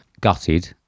Gutted